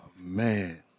man